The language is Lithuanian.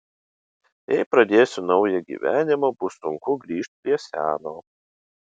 jei pradėsiu naują gyvenimą bus sunku grįžt prie seno